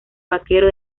vaquero